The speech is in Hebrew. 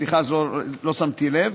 סליחה, לא שמתי לב.